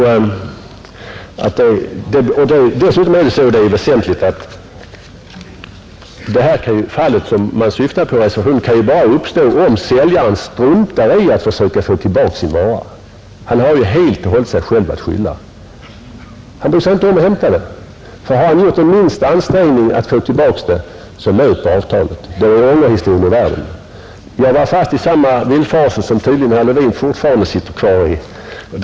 Dessutom — och det är väsentligt — kan ett sådant fall som åsyftas i reservationen bara uppstå om säljaren struntar i att försöka få tillbaka sin vara. Men då har han ju helt och hållet sig själv att skylla. Har han gjort den minsta ansträngning att få tillbaka varan löper avtalet och därmed är problemet med ångervecka ur världen. Jag var fast i samma villfarelse som tydligen herr Levin fortfarande sitter kvar i.